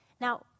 now